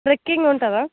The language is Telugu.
ట్రికింగ్ ఉంటుందా